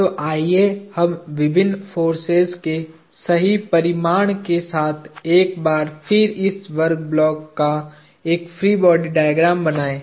तो आइए हम विभिन्न फोर्सेज के सही परिमाण के साथ एक बार फिर इस वर्ग ब्लॉक का एक फ्री बॉडी डायग्राम बनाएं